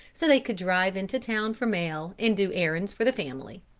so they could drive into town for mail and do errands for the family.